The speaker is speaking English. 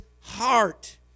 heart